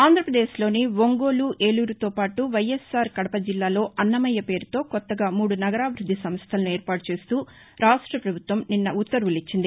ఆంధ్రప్రదేశ్ లోని ఒంగోలు ఏలూరుతో పాటు వైఎస్సార్ కడప జిల్లాలో అన్నమయ్య పేరుతో కొత్తగా మూడు నగరాభివృద్ది సంస్థలను ఏర్పాటుచేస్తూ రాష్ట ప్రభుత్వం నిన్న ఉత్తర్వులిచ్చింది